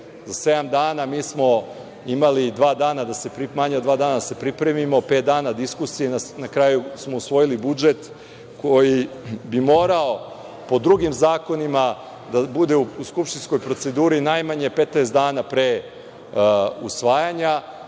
imali manje od dva dana da se pripremimo. Pet dana diskusije i na kraju smo usvojili budžet koji bi morao po drugim zakonima da bude u skupštinskoj proceduri najmanje 15 dana pre usvajanja,